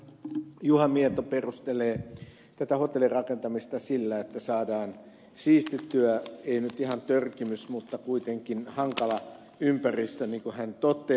juha mieto perustelee tätä hotellin rakentamista sillä että saadaan siistittyä ei nyt ihan törkimys mutta kuitenkin hankala ympäristö niin kuin hän toteaa